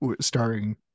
starring